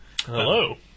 Hello